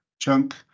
chunk